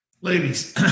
Ladies